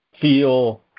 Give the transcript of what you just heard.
feel